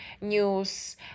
news